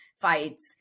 fights